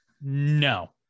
No